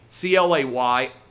clay